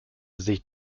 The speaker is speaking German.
sich